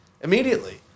Immediately